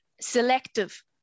selective